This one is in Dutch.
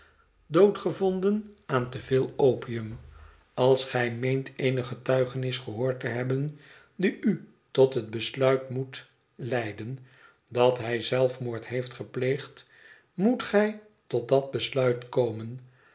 gevonden aan te veel opium als gij meent eene getuigenis gehoord te hebben die u tot het besluit moet leiden dat hij zelfmoord heeft gepleegd moet gij tot dat besluit komen